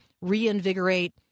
reinvigorate